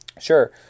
sure